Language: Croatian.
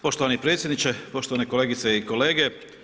Poštovani predsjedniče, poštovane kolegice i kolege.